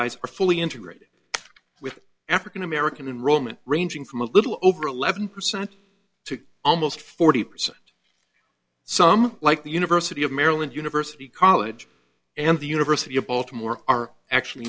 i's are fully integrated with african american and roman ranging from a little over eleven percent to almost forty percent some like the university of maryland university college and the university of baltimore are actually